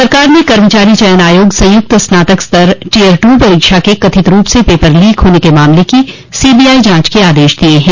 सरकार ने कर्मचारी चयन आयोग संयुक्त स्नातक स्तर टियर टू परीक्षा के कथित रूप से पेपर लीक होने के मामले की सीबीआई जांच के आदेश दिये हैं